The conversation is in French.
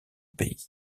pays